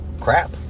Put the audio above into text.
crap